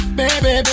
baby